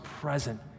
present